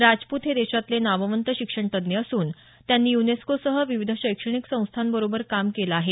राजपूत हे देशातले नामवंत शिक्षणतज्ञ असून त्यांनी युनेस्कोसह विविध शैक्षणिक संस्थांबरोबर काम केलं आहे